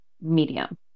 medium